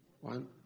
one